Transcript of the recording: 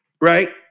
Right